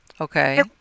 Okay